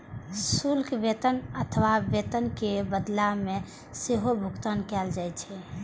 शुल्क वेतन अथवा वेतनक बदला मे सेहो भुगतान कैल जाइ छै